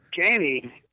Jamie